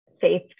faith